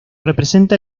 representa